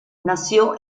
nació